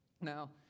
Now